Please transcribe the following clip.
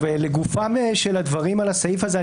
לגופם של הדברים על הסעיף הזה.